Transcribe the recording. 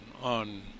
on